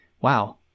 wow